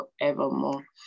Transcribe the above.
forevermore